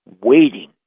waiting